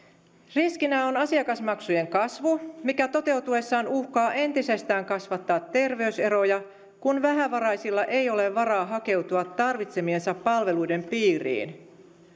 riskinä on asiakasmaksujen kasvu mikä toteutuessaan uhkaa entisestään kasvattaa terveys eroja kun vähävaraisilla ei ole varaa hakeutua tarvitsemiensa palveluiden piiriin